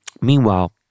Meanwhile